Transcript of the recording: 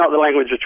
language